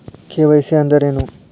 KYC ಅಂದ್ರೇನು?